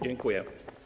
Dziękuję.